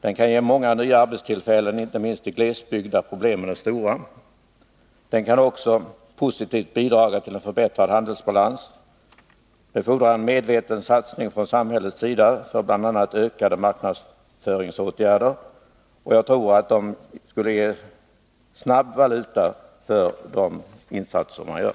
Den kan ge många nya arbetstillfällen, inte minst i glesbygden där problemen är stora. Den kan också positivt bidra till en förbättrad handelsbalans. En medveten satsning från samhället på bl.a. ökad marknadsföring ger säkert snabb valuta för gjorda insatser.